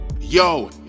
Yo